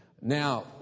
now